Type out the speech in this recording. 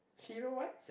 Hero what